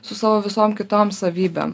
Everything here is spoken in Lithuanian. su savo visom kitom savybėm